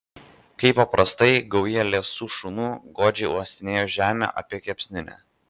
kaip paprastai gauja liesų šunų godžiai uostinėjo žemę apie kepsninę